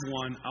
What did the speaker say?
one